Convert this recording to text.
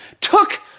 took